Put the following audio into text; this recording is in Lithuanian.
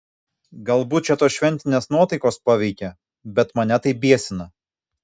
galbūt čia tos šventinės nuotaikos paveikė bet mane tai biesina